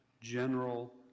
general